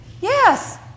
Yes